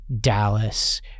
Dallas